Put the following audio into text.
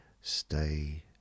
stay